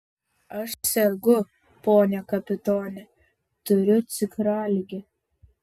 aš sergu pone kapitone turiu cukraligę